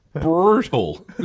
brutal